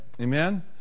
amen